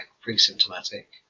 pre-symptomatic